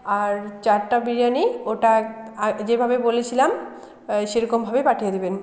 আর চারটা বিরিয়ানি ওটা আর যেভাবে বলেছিলাম সেরকমভাবেই পাঠিয়ে দিবেন